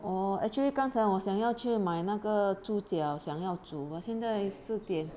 orh actually 刚才我想要去买那个猪脚想要煮 ah 现在四点